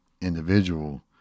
individual